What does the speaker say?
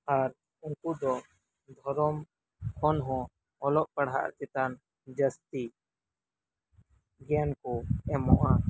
ᱟᱨ ᱩᱱᱠᱩ ᱫᱚ ᱫᱷᱚᱨᱚᱢ ᱠᱷᱚᱱ ᱦᱚᱸ ᱚᱞᱚᱜ ᱯᱟᱲᱦᱟᱜ ᱪᱮᱛᱟᱱ ᱡᱟᱹᱥᱛᱤ ᱜᱮᱭᱟᱱ ᱠᱚ ᱮᱢᱚᱜᱼᱟ